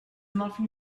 nothing